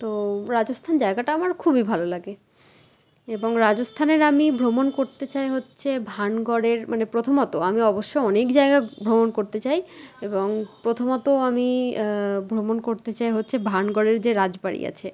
তো রাজস্থান জায়গাটা আমার খুবই ভালো লাগে এবং রাজস্থানের আমি ভ্রমণ করতে চাই হচ্ছে ভানগড়ের মানে প্রথমত আমি অবশ্য অনেক জায়গা ভ্রমণ করতে চাই এবং প্রথমত আমি ভ্রমণ করতে চাই হচ্ছে ভানগড়ের যে রাজবাড়ি আছে